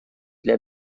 для